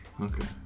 okay